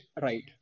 right